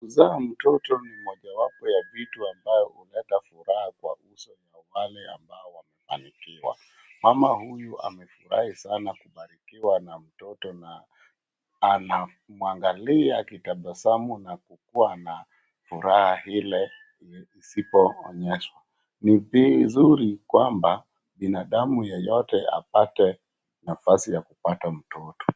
Kuzaa mtoto ni mojawapo ya vitu ambayo huleta furaha kwa uso ya wale ambao wamefanikiwa. Mama huyu amefurahi sana kubarikiwa na mtoto na anamwangalia akitabasamu na kuwa na furaha ile isipoonyeshwa. Ni vizuri kwamba binadamu yeyote apate nafasi ya kupata mtoto.